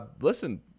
Listen